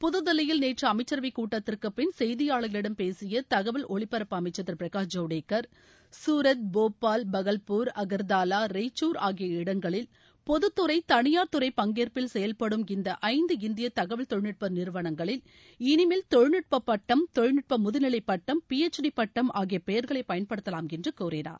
புதுதில்லியில் நேற்று அமைச்சரவை கூட்டத்திற்கு பின் செய்தியாளா்களிடம் பேசிய தகவல் ஒலிபரப்பு அமைச்ச் திரு பிரகாஷ் ஜவடேகா் சூரத் போபால் பகல்பூர் அங்தாவா ரெய்ச்சூர் ஆகிய இடங்களில் பொதுத்துறை தனியார் துறை பங்கேற்பில் செய்ப்டும் இந்த ஐந்து இந்திய தகவல் தொழில்நுட்ப நிறுவனங்களில் இனிமேல் தொழில்நுட்ப பட்டம் தொழில்நுட்ப முதுநிலை பட்டம் பி எச் டி பட்டம் ஆகிய பெயர்களை பயன்படுத்தலாம் என்று கூறினார்